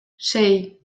sei